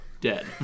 dead